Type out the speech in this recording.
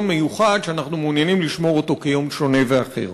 מיוחד שאנחנו מעוניינים לשמור אותו כיום שונה ואחר.